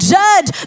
judge